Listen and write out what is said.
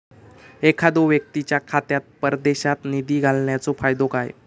एखादो व्यक्तीच्या खात्यात परदेशात निधी घालन्याचो फायदो काय?